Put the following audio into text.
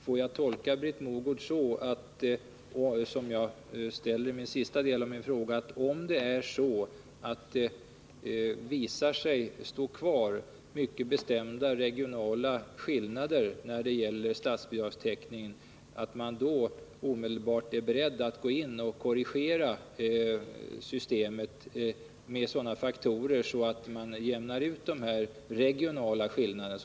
Jag vill tolka Britt Mogård så — det var ju så jag ställde sista delen av min fråga — att hon, om det visar sig stå kvar mycket bestämda regionala skillnader när det gäller statsbidragstäckningen, omedelbart är beredd att gå in och korrigera systemet så att man jämnar ut de regionala skillnaderna.